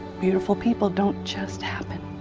beautiful people don't just happen.